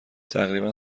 تقریبا